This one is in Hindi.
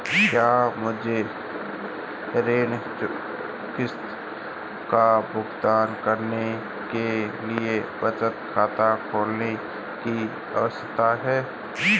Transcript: क्या मुझे ऋण किश्त का भुगतान करने के लिए बचत खाता खोलने की आवश्यकता है?